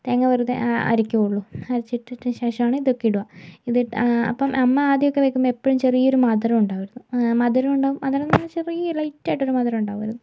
തേങ്ങ വെറുതെ അരക്കുകയേ ഉള്ളു അരച്ച് ഇട്ടിട്ട് ശേഷമാണ് ഇതൊക്കെ ഇടുക ഇത് അപ്പം അമ്മ ആദ്യമൊക്കെ വയ്ക്കുമ്പോൾ എപ്പോഴും ചെറിയൊരു മധുരം ഉണ്ടാവുമായിരുന്നു മധുരം ഉണ്ടാകും മധുരമെന്ന് വച്ചാൽ ചെറിയ ലൈറ്റ് ആയിട്ടൊരു മധുരം ഉണ്ടാവും അത്